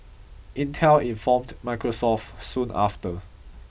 Intel informed Microsoft soon after